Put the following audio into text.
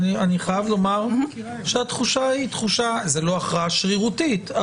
אני חייב לומר שהתחושה היא תחושה זאת לא הכרעה שרירותית.